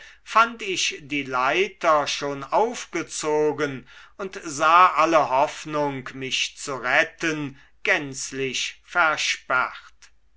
fand ich die leiter schon aufgezogen und sah alle hoffnung mich zu retten gänzlich versperrt